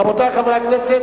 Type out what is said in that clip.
רבותי חברי הכנסת,